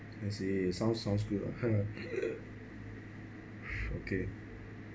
I see sound sounds good okay